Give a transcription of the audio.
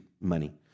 money